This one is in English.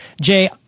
Jay